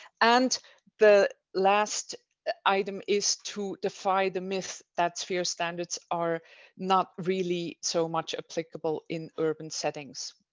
and the last item is to defy the myths that sphere standards are not really so much applicable in urban settings.